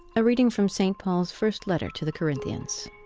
a reading from st. paul's first letter to the corinthians